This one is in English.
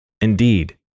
Indeed